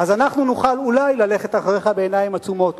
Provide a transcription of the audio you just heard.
אז אנחנו נוכל אולי ללכת אחריך בעיניים עצומות.